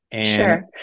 Sure